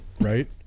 right